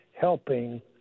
helping